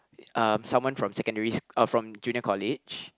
um someone from secondary uh from junior college